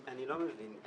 אני לא מבין.